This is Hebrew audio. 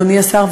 אדוני השר,